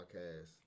podcast